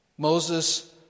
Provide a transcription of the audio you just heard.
Moses